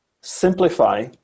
simplify